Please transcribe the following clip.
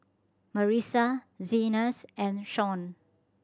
Marisa Zenas and Shon